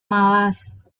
malas